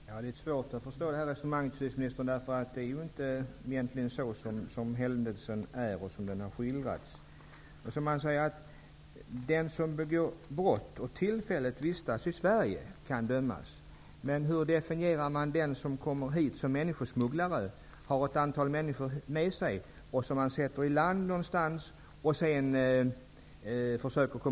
Herr talman! Det är svårt att förstå det här resonemanget, justitieministern. Situationen är egentligen inte sådan som den har skildrats. Det sägs att den som begår brott och som tillfälligt vistas i Sverige kan dömas. Men hur definieras den person som kommer hit som människosmugglare och som ertappas, sedan han någonstans har satt i land ett antal människor.